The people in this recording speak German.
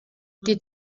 die